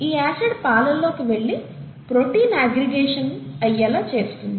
ఈ ఆసిడ్ పాలల్లోకి వెళ్లి ప్రోటీన్ అగ్గ్రిగేషన్ అయ్యేలా చేస్తుంది